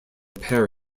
pair